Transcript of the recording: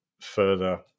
further